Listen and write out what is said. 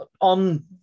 on